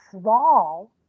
small